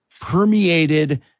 permeated